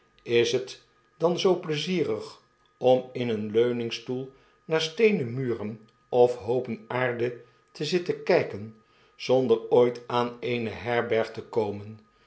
is het dan zoo pleizierig om in een leuningstoel naar steenen muren of hoopen aarde te zitten kgken zonder ooit aan eene herberg te komen